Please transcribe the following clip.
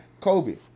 Kobe